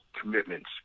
commitments